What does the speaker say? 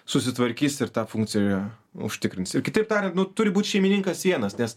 susitvarkys ir tą funkciją užtikrins ir kitaip tariantnu turi būti šeimininkas vienas nes